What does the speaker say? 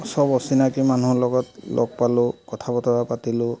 চব অচিনাকী মানুহ লগত লগ পালো কথা বতৰা পাতিলোঁ